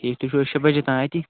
ٹھیٖک تُہۍ چھُو حظ شیٚے بجے تانۍ اتہِ